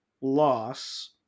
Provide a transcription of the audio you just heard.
loss